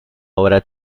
obra